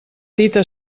tita